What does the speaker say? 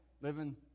living